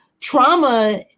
trauma